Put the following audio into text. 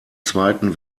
zweiten